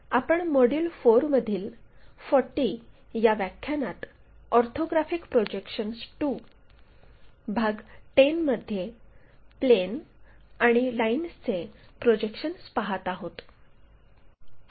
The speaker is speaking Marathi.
आपण मॉड्यूल 4 मधील 40 व्या व्याख्यानात ऑर्थोग्राफिक प्रोजेक्शन्स II भाग 10 मध्ये प्लेन आणि लाईन्सचे प्रोजेक्शन्स पाहत आहोत